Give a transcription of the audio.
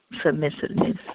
submissiveness